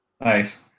Nice